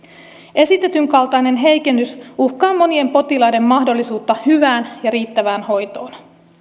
esitetyn kaltainen heikennys uhkaa monien potilaiden mahdollisuutta hyvään ja riittävään hoitoon